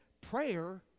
prayer